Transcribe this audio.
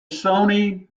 sony